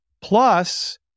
Plus